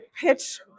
pitch